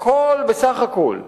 הכול, בסך הכול,